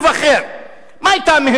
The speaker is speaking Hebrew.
מהירות הקול.